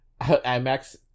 IMAX